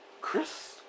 Chris